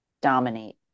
dominate